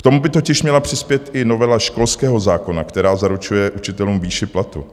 K tomu by totiž měla přispět i novela školského zákona, která zaručuje učitelům výši platu.